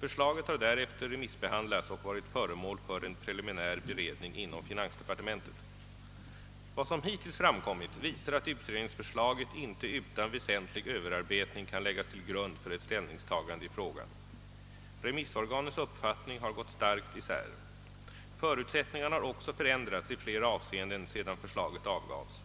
Förslaget har därefter remissbehandlats och varit föremål för en preliminär beredning inom finansdepartementet. Vad som hittills framkommit visar att utredningsförslaget inte utan väsentlig överarbetning kan läggas till grund för ett ställningstagande i frågan. Remissorganens uppfattning har gått starkt isär. Förutsättningarna har också förändrats i flera avseenden sedan förslaget avgavs.